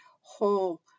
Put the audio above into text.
whole